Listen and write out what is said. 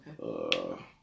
okay